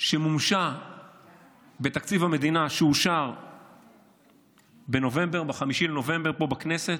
ומומשה בתקציב המדינה, שאושר ב-5 בנובמבר פה בכנסת